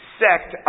sect